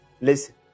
listen